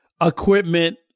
equipment